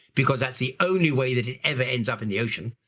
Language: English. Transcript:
because that's the only way that it ever ends up in the ocean,